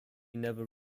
never